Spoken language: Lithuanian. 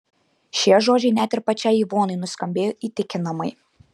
šie žodžiai net ir pačiai ivonai nuskambėjo įtikinamai